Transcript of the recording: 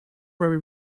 very